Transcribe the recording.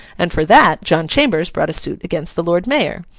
and for that john chambers brought a suit against the lord mayor.